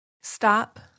Stop